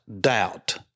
doubt